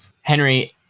Henry